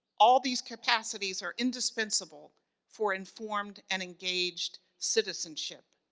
all these capacities are indispensable for informed and engaged citizenship.